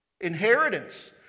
Inheritance